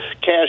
cash